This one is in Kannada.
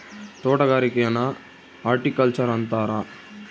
ತೊಟಗಾರಿಕೆನ ಹಾರ್ಟಿಕಲ್ಚರ್ ಅಂತಾರ